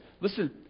listen